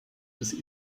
des